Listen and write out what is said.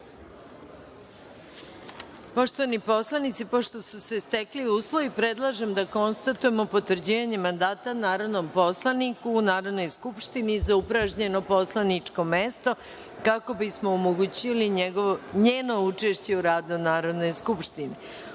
tu. Poštovani poslani pošto su se stekli uslovi, predlažem da konstatujem potvrđivanje mandata narodnom poslaniku u Narodnoj skupštini za upražnjeno poslaničko mesto kako bismo omogućili njeno učešće u radu Narodne skupštine. Uručen